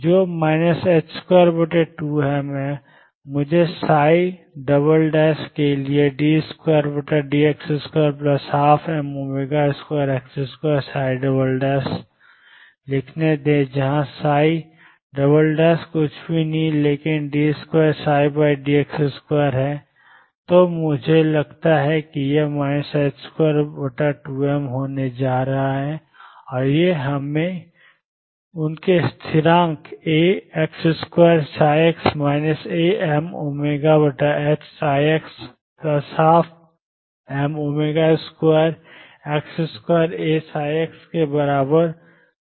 जो 22m है मुझे के लिए d2dx2 12m2x2 लिखने दें जहां कुछ भी नहीं है लेकिन d2dx2 है तो मुझे लगता है कि यह 22m होने जा रहा है और यह हमने उनके स्थिरांक Ax2x Amωx12m2x2Aψ के बराबर पाया है